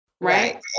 Right